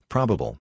Probable